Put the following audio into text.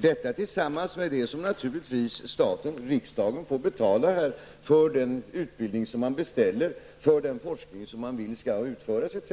Detta tillsammans med det som naturligtvis riksdagen får betala för den utbildning som man beställer, för den forskning som man vill skall utföras, etc.,